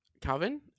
Calvin